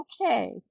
okay